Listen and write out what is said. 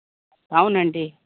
అవునండి